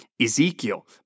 Ezekiel